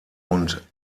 und